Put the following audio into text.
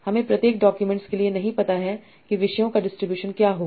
हमें प्रत्येक डॉक्यूमेंट्स के लिए नहीं पता है कि विषयों का डिस्ट्रीब्यूशन क्या होगा